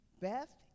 Beth